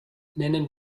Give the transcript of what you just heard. nennen